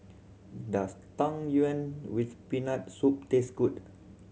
does Tang Yuen with Peanut Soup taste good